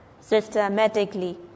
systematically